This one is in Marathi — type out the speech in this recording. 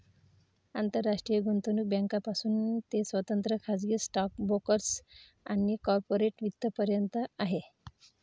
आंतरराष्ट्रीय गुंतवणूक बँकांपासून ते स्वतंत्र खाजगी स्टॉक ब्रोकर्स आणि कॉर्पोरेट वित्त पर्यंत आहे